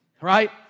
right